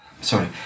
sorry